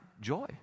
joy